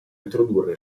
introdurre